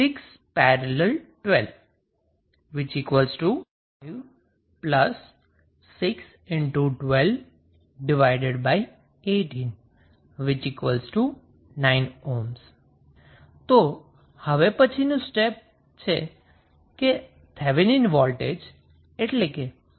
RTh 236||12 561218 9 તો હવે પછીનુ સ્ટેપ છે કે થેવેનિન વોલ્ટેજ એટલે કે 𝑉𝑇ℎ ની કિંમત શોધવાનું